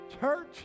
Church